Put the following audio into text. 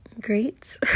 great